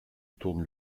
tourne